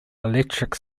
electric